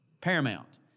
Paramount